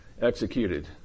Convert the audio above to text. executed